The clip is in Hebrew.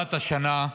מהתחלת השנה,